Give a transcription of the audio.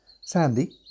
Sandy